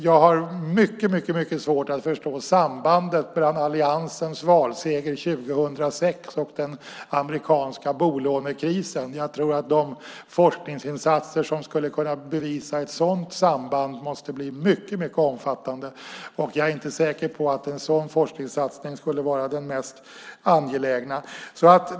Jag har mycket svårt att förstå sambandet mellan alliansens valseger 2006 och den amerikanska bolånekrisen. Jag tror att de forskningsinsatser som skulle kunna bevisa ett sådant samband måste bli mycket omfattande, och jag är inte säker på att en sådan forskningssatsning skulle vara den mest angelägna.